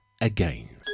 again